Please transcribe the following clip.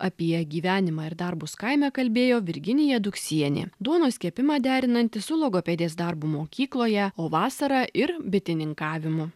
apie gyvenimą ir darbus kaime kalbėjo virginija duksienė duonos kepimą derinanti su logopedės darbu mokykloje o vasarą ir bitininkavimu